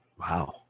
Wow